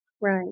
Right